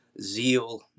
zeal